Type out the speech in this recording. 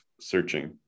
searching